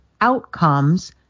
outcomes